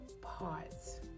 parts